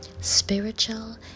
Spiritual